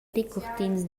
decurtins